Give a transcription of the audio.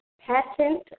patent